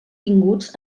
tinguts